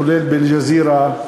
כולל ב"אל-ג'זירה",